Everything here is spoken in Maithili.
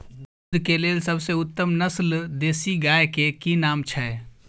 दूध के लेल सबसे उत्तम नस्ल देसी गाय के की नाम छै?